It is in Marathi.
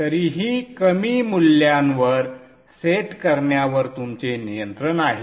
तरीही कमी मूल्यांवर सेट करण्यावर तुमचे नियंत्रण आहे